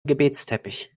gebetsteppich